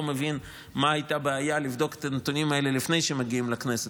לא מבין מה הייתה הבעיה לבדוק את הנתונים האלה לפני שמגיעים לכנסת.